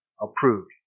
approved